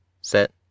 Set